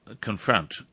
confront